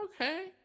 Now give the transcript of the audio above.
Okay